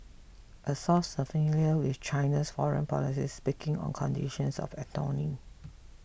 a source familiar with China's foreign policy speaking on conditions of anonymity